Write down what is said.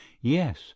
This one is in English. Yes